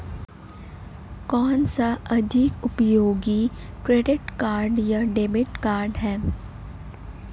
कौनसा अधिक उपयोगी क्रेडिट कार्ड या डेबिट कार्ड है?